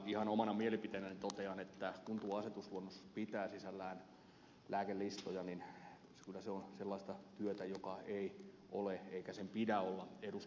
ihan omana mielipiteenäni totean että kun tuo asetusluonnos pitää sisällään lääkelistoja niin kyllä se on sellaista työtä joka ei ole eikä sen pidä olla eduskunnan tehtävä